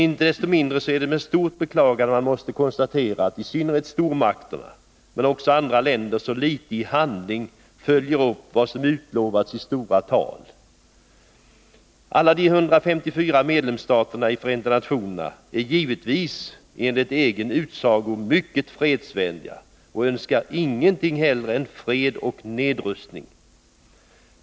Icke desto mindre är det med stort beklagande man måste konstatera att i synnerhet stormakterna men också många andra länder i handling så litet följer upp vad som utlovats i stora tal. Alla de 154 medlemstaterna i FN är givetvis enligt egen utsago mycket fredsvänliga och önskar ingenting hellre än fred och nedrustning.